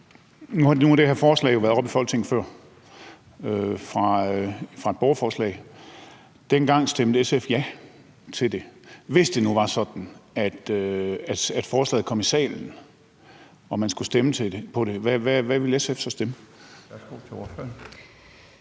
Nu har det her forslag jo været oppe i Folketinget før fra et borgerforslag. Dengang stemte SF ja til det. Hvis det nu var sådan, at forslaget kom i salen og man skulle stemme om det, hvad ville SF så stemme?